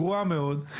גרועה מאוד,